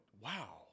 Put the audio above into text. wow